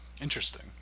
Interesting